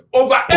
over